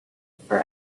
for